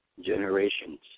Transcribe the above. generations